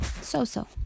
so-so